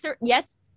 yes